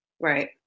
Right